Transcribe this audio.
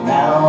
Now